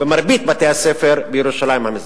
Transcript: במרבית בתי-הספר בירושלים המזרחית.